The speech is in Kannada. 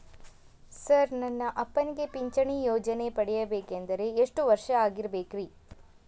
ಸರ್ ನನ್ನ ಅಪ್ಪನಿಗೆ ಪಿಂಚಿಣಿ ಯೋಜನೆ ಪಡೆಯಬೇಕಂದ್ರೆ ಎಷ್ಟು ವರ್ಷಾಗಿರಬೇಕ್ರಿ?